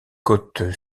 côte